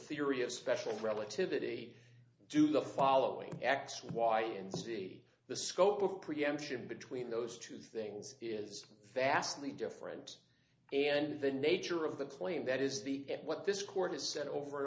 spirit of special relativity do the following x y and z the scope of preemption between those two things is vastly different and the nature of the claim that is the what this court has said over and